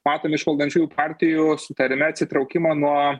matom iš valdančiųjų partijų sutarime atsitraukimą nuo